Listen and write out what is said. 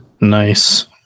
Nice